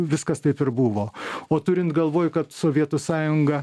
viskas taip ir buvo o turint galvoj kad sovietų sąjunga